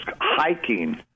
hiking